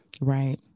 Right